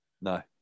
No